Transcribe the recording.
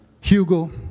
Hugo